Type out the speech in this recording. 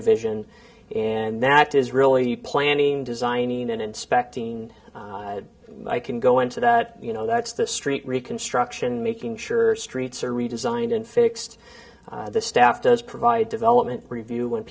division and that is really planning designing and inspecting i can go into that you know that's the street reconstruction making sure streets are redesigned and fixed the staff does provide development review when